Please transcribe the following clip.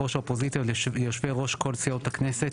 ראש האופוזיציה ויושבי ראש כל סיעות הכנסת'.